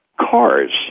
Cars